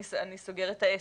אני סוגר את העסק'.